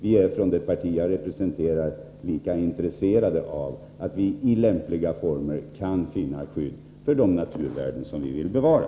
Vi är i det parti jag representerar lika intresserade av att i lämpliga former finna skydd för de naturvärden som vi vill bevara.